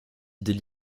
idées